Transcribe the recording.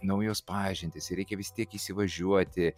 naujos pažintys ir reikia vis tiek įsivažiuoti